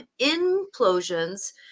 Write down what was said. implosions